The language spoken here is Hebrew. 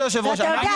אתה יודע,